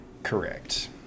Correct